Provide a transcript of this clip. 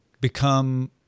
become